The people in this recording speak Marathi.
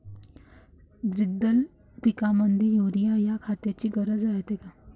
द्विदल पिकामंदी युरीया या खताची गरज रायते का?